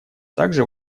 также